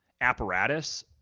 apparatus